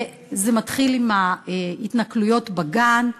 זה מתחיל מהתנכלויות בגן,